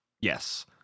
Yes